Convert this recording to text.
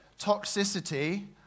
toxicity